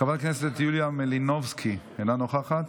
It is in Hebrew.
חברת הכנסת יוליה מלינובסקי, אינה נוכחת,